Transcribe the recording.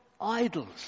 idols